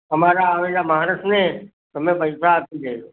અમારા આવેલા માણસને તમે પૈસા આપી દેજો